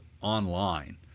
online